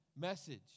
message